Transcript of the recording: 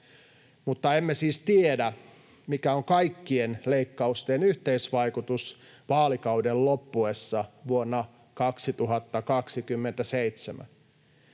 mutta emme siis tiedä, mikä on kaikkien leikkausten yhteisvaikutus vaalikauden loppuessa vuonna 2027.